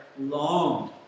long